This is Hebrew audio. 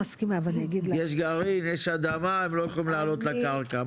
יש גרעין יש אדמה הם לא יכולים לעלות לקרקע.